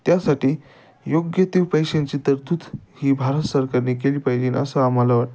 त्यासाठी योग्य ते पैशांची तरतूद ही भारत सरकारने केली पाहिजेन असं आम्हाला वाटतं